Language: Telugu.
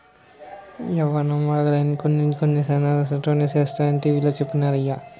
యిమానం బాగాలైనా కొన్ని కొన్ని జనపనారతోనే సేస్తరనీ టీ.వి లో చెప్పినారయ్య